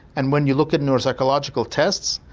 and when you look at neuropsychological tests,